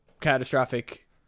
catastrophic